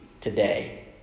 today